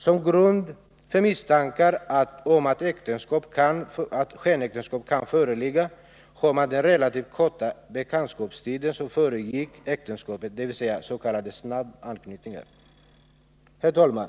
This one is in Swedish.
Som grund för misstankar om att skenäktenskap kan föreligga har man den relativt korta bekantskapstid som ibland föregått äktenskapet, dvs. s.k. snabb anknytning. Herr talman!